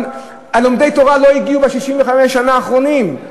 לומדי התורה לא הגיעו ב-65 השנה האחרונות.